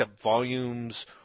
volumes